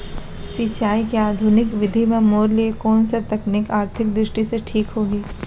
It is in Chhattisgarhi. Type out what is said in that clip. सिंचाई के आधुनिक विधि म मोर लिए कोन स तकनीक आर्थिक दृष्टि से ठीक होही?